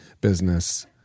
business